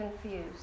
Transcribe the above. confused